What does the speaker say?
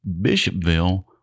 bishopville